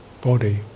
body